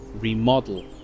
remodel